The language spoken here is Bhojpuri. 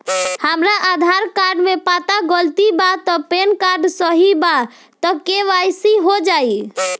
हमरा आधार कार्ड मे पता गलती बा त पैन कार्ड सही बा त के.वाइ.सी हो जायी?